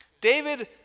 David